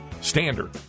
standard